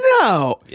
no